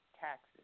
taxes